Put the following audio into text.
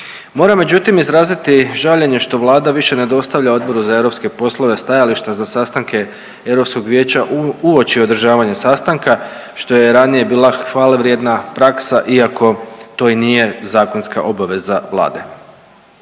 Moram međutim izraziti žaljenje što Vlada više ne dostavlja Odboru za europske poslove stajališta za sastanke Europskog vijeća u, uoči održavanja sastanka što je ranije bila hvalevrijedna praksa iako to i nije zakonska obaveza Vlade.